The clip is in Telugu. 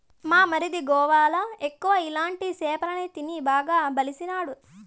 మా మరిది గోవాల ఎక్కువ ఇలాంటి సేపలే తిని బాగా బలిసినాడు